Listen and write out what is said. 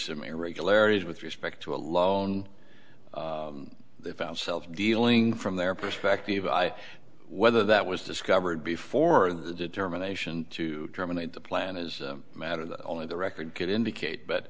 some irregularities with respect to a loan they found cells dealing from their perspective i whether that was discovered before the determination to terminate the plan is a matter that only the record could indicate but